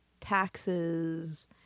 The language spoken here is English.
taxes